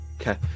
Okay